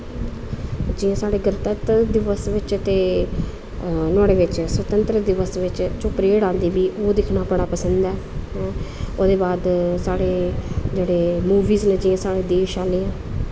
जि'यां साढ़े गणतंत्र दिवस बिच्च ते नोहाड़े बिच्च स्वतंत्र दिवस बिच्च जो प्रेड़ आंदी मीं ओह् दिक्खना बड़ा पसंद ऐ ओह्दे बाद साढ़े जेह्ड़े मूविस न जि'यां साढ़े देश आह्ले